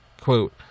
Quote